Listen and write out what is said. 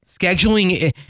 Scheduling